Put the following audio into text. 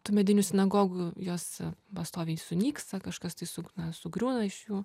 tų medinių sinagogų jos pastoviai sunyksta kažkas tai su na sugriūna iš jų